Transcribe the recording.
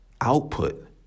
output